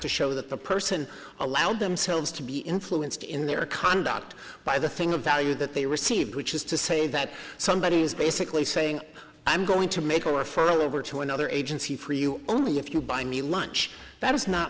to show that the person allowed themselves to be influenced in their conduct by the thing of value that they receive which is to say that somebody is basically saying i'm going to make or for over to another agency for you only if you buy me lunch that is not